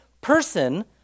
person